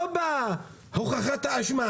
לא בהוכחת האשמה